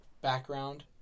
background